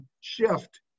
shift